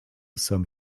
some